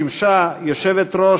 היא שימשה יושבת-ראש